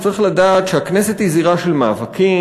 שצריך לדעת שהכנסת היא זירה של מאבקים,